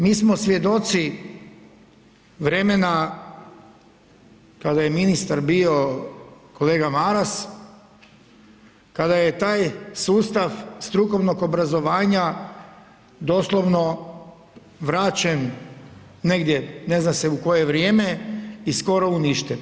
Mi smo svjedoci vremena kada je ministar bio kolega Maras, kada je taj sustav strukovnog obrazovanja doslovno vraćen negdje ne zna se u koje vrijeme i skoro uništen.